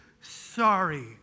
sorry